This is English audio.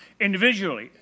individually